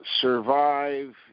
survive